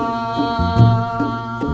um